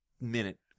minute